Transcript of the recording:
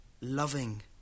loving